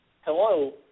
hello